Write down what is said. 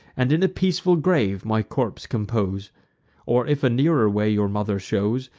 and in a peaceful grave my corpse compose or, if a nearer way your mother shows,